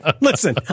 listen